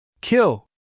Kill